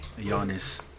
Giannis